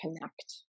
connect